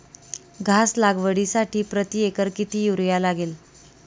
घास लागवडीसाठी प्रति एकर किती युरिया लागेल?